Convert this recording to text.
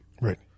Right